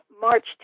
March